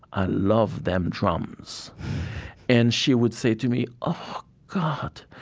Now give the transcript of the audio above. i love them drums and she would say to me, oh god,